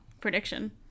prediction